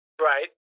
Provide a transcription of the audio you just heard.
right